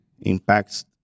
impacts